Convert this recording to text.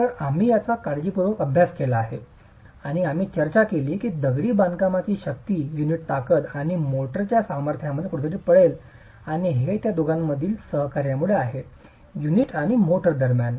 तर आम्ही याचा काळजीपूर्वक अभ्यास केला आहे आणि आम्ही चर्चा केली की दगडी बांधकामांची शक्ती युनिटची ताकद आणि मोर्टारच्या सामर्थ्यामध्ये कुठेतरी पडेल आणि हे त्या दोघांमधील सहकार्यामुळे आहे युनिट आणि मोर्टार दरम्यान